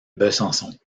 besançon